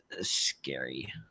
scary